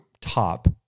top